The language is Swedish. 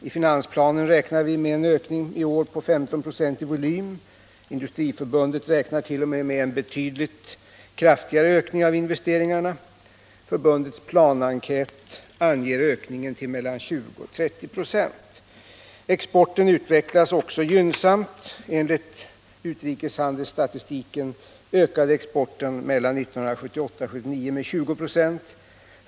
I finansplanen räknar vi med en ökning i år på 15 96 i volym. Industriförbundet räknar t.o.m. med en betydligt kraftigare ökning av investeringarna. Förbundets planenkät anger ökningen till mellan 20 och 30 26. Exporten utvecklas också gynnsamt. Enligt utrikeshandelsstatistiken ökade exporten mellan 1978 och 1979 med 20 90.